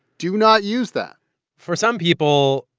do not use that for some people,